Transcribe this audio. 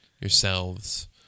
yourselves